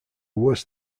was